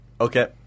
Okay